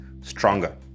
stronger